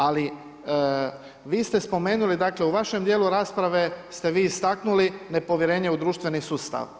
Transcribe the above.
Ali, vi ste spomenuli, dakle, u vašem dijelu rasprave ste vi istaknuli nepovjerenje u društveni sustav.